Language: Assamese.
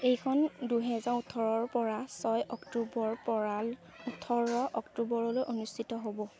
এইখন দুহেজাৰ ওঠৰৰপৰা ছয় অক্টোবৰৰপৰা ওঠৰ অক্টোবৰলৈ অনুষ্ঠিত হ'ব